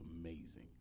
amazing